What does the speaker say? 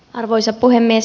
arvoisa puhemies